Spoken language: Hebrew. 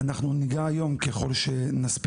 אנחנו ניגע היום, ככל שנספיק,